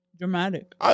Dramatic